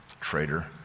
Traitor